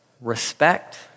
respect